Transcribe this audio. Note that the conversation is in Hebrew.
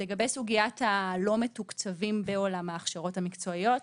לגבי סוגיית הלא מתוקצבים בעולם ההכשרות המקצועיות,